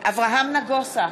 אברהם נגוסה,